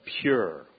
pure